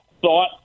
thought